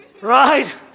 right